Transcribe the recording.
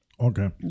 Okay